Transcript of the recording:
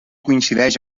coincideix